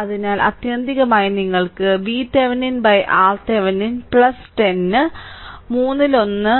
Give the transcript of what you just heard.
അതിനാൽ ആത്യന്തികമായി നിങ്ങൾക്ക് VThevenin RThevenin 10 മൂന്നിലൊന്ന്